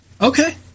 Okay